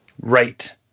right